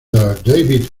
david